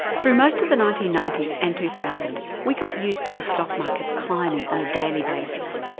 through most of the nineteen ninety s and two thousand, we got used to the stockmarket climbing on a daily basis.